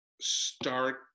start